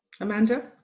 Amanda